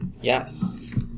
Yes